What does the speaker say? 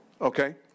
Okay